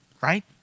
right